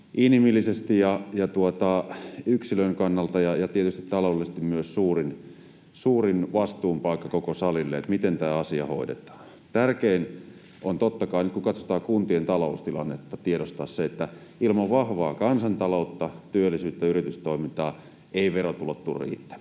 inhimillisesti ja yksilön kannalta ja tietysti myös taloudellisesti suurin vastuun paikka, miten tämä asia hoidetaan. Tärkeintä on totta kai, nyt kun katsotaan kuntien taloustilannetta, tiedostaa se, että ilman vahvaa kansantaloutta, työllisyyttä ja yritystoimintaa eivät verotulot tule riittämään,